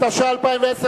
התש"ע 2010,